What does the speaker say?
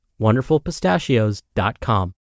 wonderfulpistachios.com